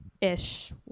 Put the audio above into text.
ish